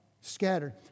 scattered